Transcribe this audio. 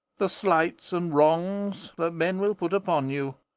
the slights and wrongs that men will put upon you.